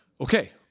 Okay